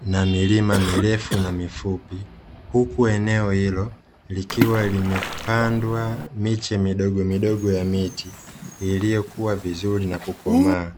na milima mirefu na mifupi. Huku eneo hilo likiwa limepandwa miche midogomidogo ya miti iliyokua vizuri na kukomaa.